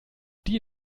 die